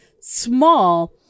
small